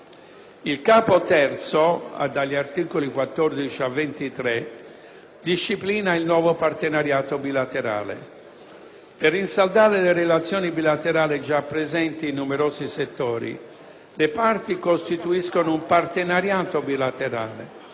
Il Capo III (articoli da 14 a 23) disciplina il nuovo Partenariato bilaterale. Per rinsaldare le relazioni bilaterali già presenti in numerosi settori, le parti costituiscono un Partenariato bilaterale,